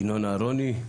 ינון אהרוני,